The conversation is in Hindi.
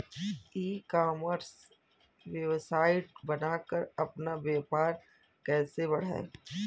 ई कॉमर्स वेबसाइट बनाकर अपना व्यापार कैसे बढ़ाएँ?